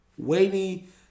waiting